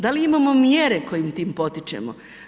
Da li imamo mjere kojim tim potičemo?